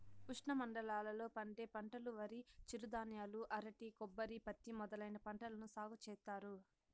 ఉష్ణమండలాల లో పండే పంటలువరి, చిరుధాన్యాలు, అరటి, కొబ్బరి, పత్తి మొదలైన పంటలను సాగు చేత్తారు